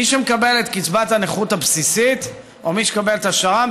מי שמקבל את קצבת הנכות הבסיסית או מי שמקבל את השר"ם,